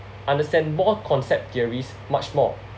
understand more concept theories much more